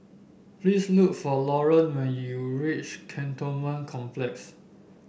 please look for Lorene when you reach Cantonment Complex